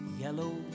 yellow